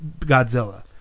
Godzilla